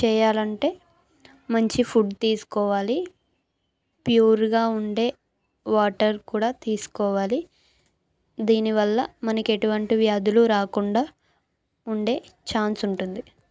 చేయాలంటే మంచి ఫుడ్ తీసుకోవాలి ప్యూర్గా ఉండే వాటర్ కూడా తీసుకోవాలి దీనివల్ల మనకి ఎటువంటి వ్యాధులు రాకుండా ఉండే ఛాన్స్ ఉంటుంది